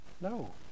No